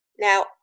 now